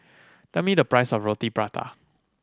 tell me the price of Roti Prata